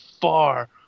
far